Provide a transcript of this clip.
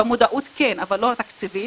במודעות כן, אבל לא תקציבית.